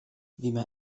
بما